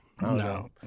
no